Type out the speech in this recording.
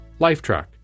Lifetrack